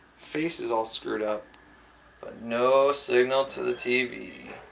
face is all screwed up but no signal to the tv.